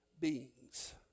beings